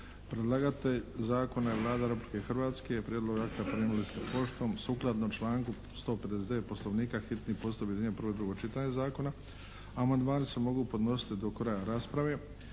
Predlagatelj Zakona je Vlada Republike Hrvatske. Prijedlog akta primili ste poštom sukladno članku 159. Poslovnika. Hitni postupak. Objedinjeno prvo i drugo čitanje zakona. Amandmani se mogu podnositi do kraja rasprave.